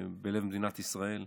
שבלב מדינת ישראל.